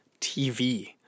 TV